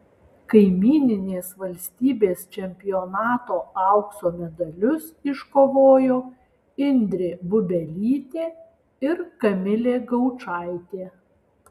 kaimyninės valstybės čempionato aukso medalius iškovojo indrė bubelytė ir kamilė gaučaitė